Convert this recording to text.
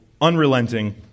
unrelenting